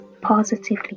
positively